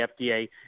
FDA